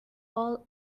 all